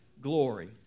glory